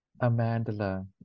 Amanda